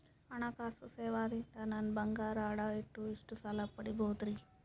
ಹಣಕಾಸು ಸೇವಾ ದಿಂದ ನನ್ ಬಂಗಾರ ಅಡಾ ಇಟ್ಟು ಎಷ್ಟ ಸಾಲ ಪಡಿಬೋದರಿ?